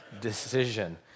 decision